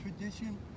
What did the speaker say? tradition